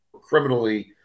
criminally